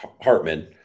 Hartman